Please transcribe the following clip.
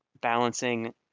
balancing